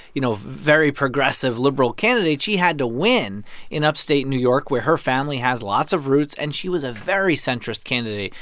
you know, very progressive, liberal candidate. she had to win in upstate new york, where her family has lots of roots. and she was a very centrist candidate.